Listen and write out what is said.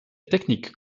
technique